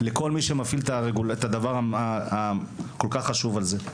לכל מי שמפעיל את הדבר הכול כך חשוב על זה.